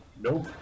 Nope